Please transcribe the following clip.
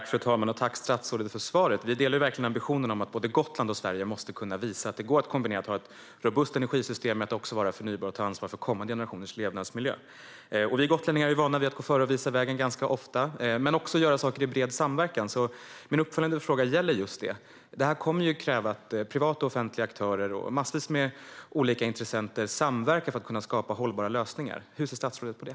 Fru talman! Jag tackar statsrådet för svaret. Vi delar verkligen ambitionen om att både Gotland och Sverige måste kunna visa att det går att kombinera ett robust energisystem med förnybarhet och ansvar för kommande generationers levnadsmiljö. Vi gotlänningar är ju vana vid att gå före och visa vägen ganska ofta, men också göra saker i bred samverkan. Min uppföljande fråga gäller just det. Det här kommer ju att kräva att privata och offentliga aktörer och massvis med olika intressenter samverkar för att kunna skapa hållbara lösningar. Hur ser statsrådet på det?